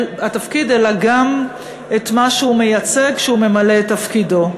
אלא גם במה שהוא מייצג כשהוא ממלא את תפקידו.